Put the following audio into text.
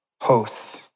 hosts